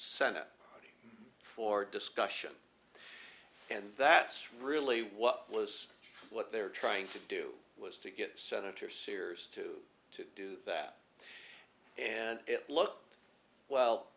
senate for discussion and that's really what was what they're trying to do was to get senator sears to to do that and well